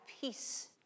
peace